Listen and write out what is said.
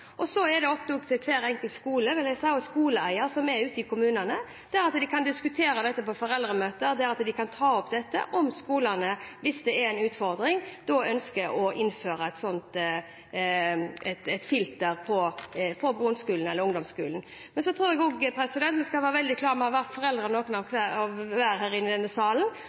Så er det ofte opp til hver enkelt skole, vil jeg si, og til skoleeier, som er ute i kommunene. De kan diskutere dette på foreldremøter, og de kan ta det opp om skolene – hvis det er en utfordring – ønsker å innføre et sånt filter på grunnskolen eller ungdomsskolen. Jeg tror også at vi skal være veldig klar over – vi har vært foreldre noen